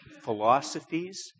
philosophies